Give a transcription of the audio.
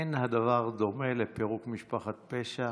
אין הדבר דומה לפירוק משפחת פשע